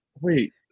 wait